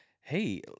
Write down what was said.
Hey